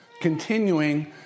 continuing